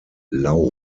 lau